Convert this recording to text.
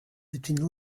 between